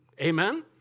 Amen